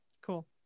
Cool